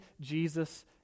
Jesus